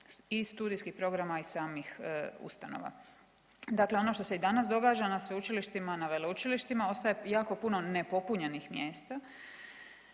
i studijskih programa i samih ustanova. Dakle ono što se i danas događa na sveučilištima, na veleučilištima ostaje jako puno nepopunjenih mjesta.